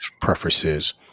preferences